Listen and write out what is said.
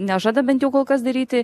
nežada bent jau kol kas daryti